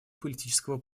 политического